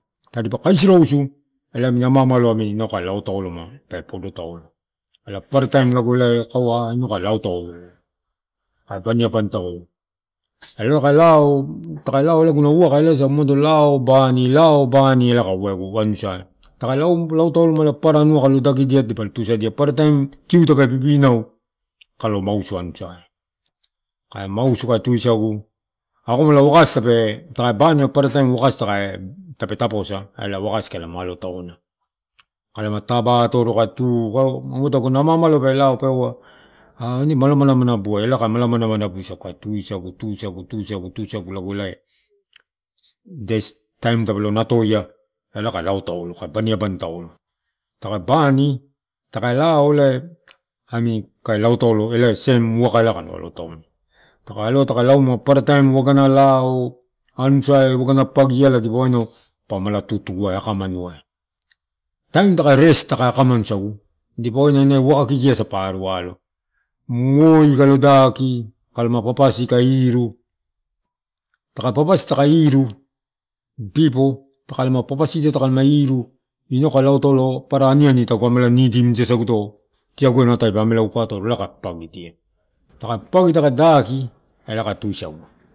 Tadipa kasia rausu, elai amini amaamalo namini inau kae laotaolo pe pado taolo. Elai parataim lago elai inau kae va inau kae lao taolo. Kae baniabani taolo. Elai taka lao, taka lao elai aguna vaka elai asa umado, umado lao bani, lao elai aguna uaka elai asa umado, umado lao bani, lao bani ela kae uaegu anusai. Taka lao taolo elai papara anua kalo dakidia dipa tusadia, papara taim kiu tepe pipinau kalo mausu anusai. Kae mausu kae tusagu, akomala wakasi tapae taposa, elai wakasi kalama alo taona. Kalama taba atoro kae tuu, kae umado aguna ama amalo pe lao peva. "ahh ine mala mana manabuai", elai kae mala mana manabuai sagu, ka tusagu, tusagu lago elai, idai taim tepelo natoia, elai kae malla mana manabuai sagu, ka tagusa- tagusa- tagusa lago elai, idai taim tepelo natoai, elai kae lao taolo, kae lao taolo elai seim, uaka kalo alotaolo takae aloa taka lauma parataim wakana lao anusai akana pagi iala dipa wainau, pamala tutu ai, akamanuai. Taim taka rest taka akamanu isagu dipa wainau ine uaka kiki asa pa aru alo. Moi kalo daki, kalama papasi kae iruu. Taka papasi taka iruu, bipo takalama papasidia takalama iruu, inau kae bipo takalama papasidia takalama iruu, nau kae loo taolo papara aniani tagu ameala nidimuidia saguto tigua nalo tadipa ameala ukaa atoro. Taka paagi taka dakii elai kae tusagu.